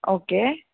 okay